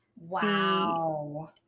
Wow